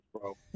bro